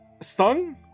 stung